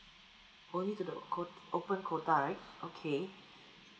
only to the quo~ open quota right okay